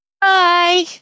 Bye